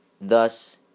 Thus